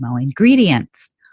ingredients